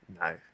No